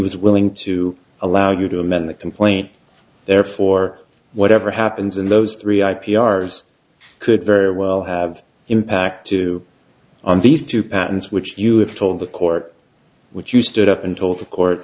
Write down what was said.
was willing to allow you to amend the complaint therefore whatever happens in those three i p r could very well have impact to on these two patents which you have told the court which used it up until the court